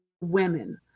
women